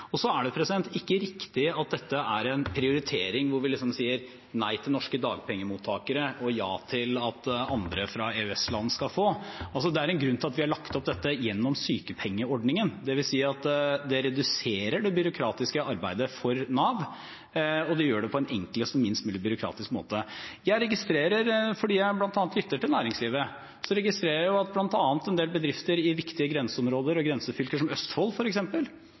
Så er det ikke riktig at dette er en prioritering hvor vi liksom sier nei til norske dagpengemottakere og ja til at andre fra EØS-land skal få. Det er en grunn til at vi har lagt opp dette gjennom sykepengeordningen, dvs. at det reduserer det byråkratiske arbeidet for Nav, og det gjør det på en enklest og minst mulig byråkratisk måte. Fordi jeg bl.a. lytter til næringslivet, registrerer jeg at en del bedrifter i viktige grenseområder og grensefylker, som Østfold